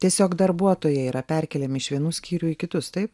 tiesiog darbuotojai yra perkeliami iš vienų skyrių į kitus taip